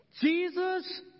Jesus